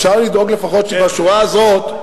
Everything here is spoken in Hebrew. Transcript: אפשר לדאוג לפחות שבשורה הזאת,